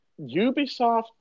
Ubisoft